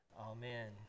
Amen